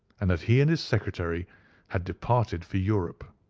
and that he and his secretary had departed for europe.